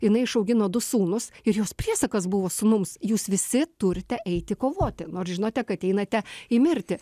jinai išaugino du sūnus ir jos priesakas buvo sūnums jūs visi turite eiti kovoti nors žinote kad einate į mirtį